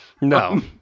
No